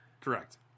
Correct